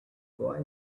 boy